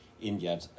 India